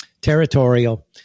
territorial